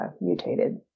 mutated